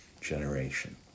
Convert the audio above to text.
generation